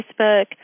Facebook